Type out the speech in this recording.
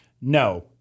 No